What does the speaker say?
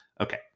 Okay